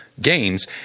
Games